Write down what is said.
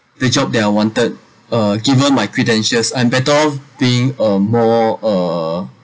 the job that I wanted uh given my credentials I'm better off being uh more uh